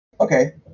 Okay